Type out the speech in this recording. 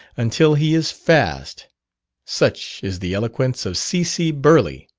until he is fast such is the eloquence of c c. burleigh